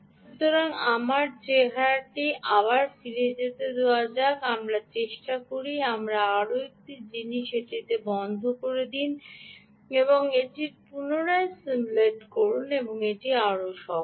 সুতরাং আমার চেহারাটি আবার ফিরে যেতে দেওয়া যাক আমরা চেষ্টা করতে পারি আমাকে আরও একটি জিনিস এটি বন্ধ করতে দিন এবং এটির পুনরায় সিম্যুলেট করুন এটি আরও সহজ